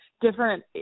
different